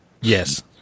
Yes